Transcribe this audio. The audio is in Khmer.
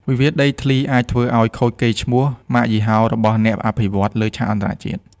វិវាទដីធ្លីអាចធ្វើឱ្យខូចកេរ្តិ៍ឈ្មោះម៉ាកយីហោរបស់អ្នកអភិវឌ្ឍន៍លើឆាកអន្តរជាតិ។